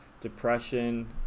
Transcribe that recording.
depression